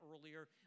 earlier